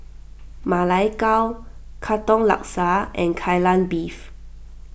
Ma Lai Gao Katong Laksa and Kai Lan Beef